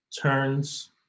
turns